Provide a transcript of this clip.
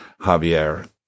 Javier